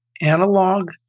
analog